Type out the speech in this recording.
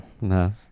No